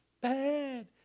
Bad